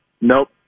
Nope